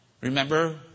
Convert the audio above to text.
Remember